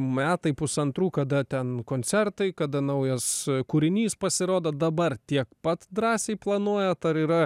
metai pusantrų kada ten koncertai kada naujas kūrinys pasirodo dabar tiek pat drąsiai planuojat ar yra